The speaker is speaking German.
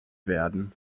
werden